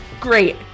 great